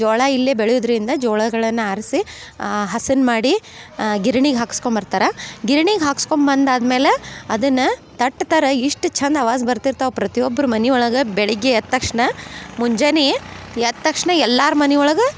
ಜೋಳ ಇಲ್ಲೆ ಬೆಳೆಯುದರಿಂದ ಜೋಳಗಳನ್ನ ಆರಿಸಿ ಹಸನ್ ಮಾಡಿ ಗಿರಿಣಿಗೆ ಹಾಸ್ಕೊಂಬರ್ತಾರೆ ಗಿರಿಣಿಗೆ ಹಾಸ್ಕೊಂಬಂದಾದ್ಮೇಲೆ ಅದನ್ನ ತಟ್ತಾರೆ ಇಷ್ಟು ಚಂದ ಅವಾಸ್ ಬರ್ತ ಇರ್ತಾವೆ ಪ್ರತಿ ಒಬ್ಬರು ಮನೆ ಒಳಗೆ ಬೆಳಗ್ಗೆ ಎದ್ದ ತಕ್ಷಣ ಮುಂಜಾನೆ ಎದ್ದ ತಕ್ಷಣ ಎಲ್ಲಾರ ಮನೆ ಒಳಗೆ